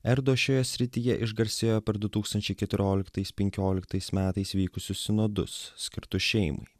erdo šioje srityje išgarsėjo per du tūkstančiai keturioliktais penkioliktais metais vykusius sinodus skirtus šeimai